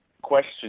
question